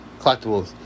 Collectibles